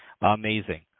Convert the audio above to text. Amazing